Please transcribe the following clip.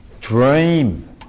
dream